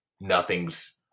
nothing's